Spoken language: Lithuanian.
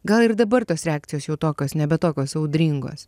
gal ir dabar tos reakcijos jau tokios nebe tokios audringos